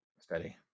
Steady